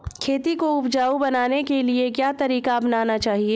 खेती को उपजाऊ बनाने के लिए क्या तरीका अपनाना चाहिए?